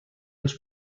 els